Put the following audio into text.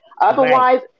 otherwise